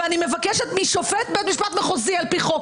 ואני מבקשת משופט בית משפט מחוזי על פי חוק,